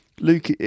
Luke